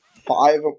Five